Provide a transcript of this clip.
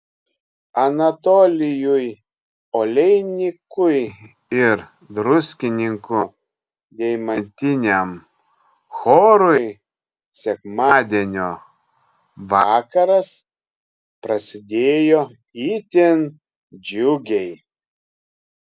anatolijui oleinikui ir druskininkų deimantiniam chorui sekmadienio vakaras prasidėjo itin džiugiai